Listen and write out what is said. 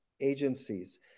agencies